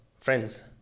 friends